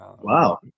wow